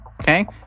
Okay